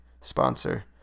sponsor